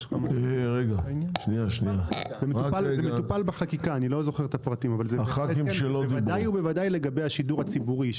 זה טופל בחקיקה, בוודאי ובוודאי בשידור הציבורי.